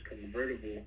convertible